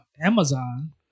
Amazon